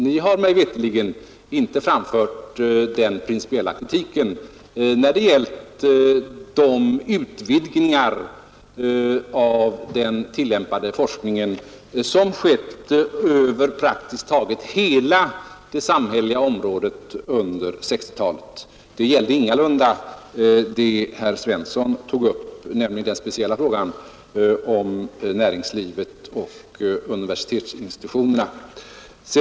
Ni har mig veterligen inte framfört principiell kritik när det gällt de utvidgningar av den tillämpade forskningen som skett över praktiskt taget hela det samhälleliga området under 1960-talet. Det gällde ingalunda det herr Svensson tog upp, nämligen den speciella frågan om näringslivet och universitetsinstitutionerna.